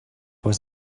was